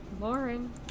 Lauren